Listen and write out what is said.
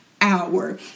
hour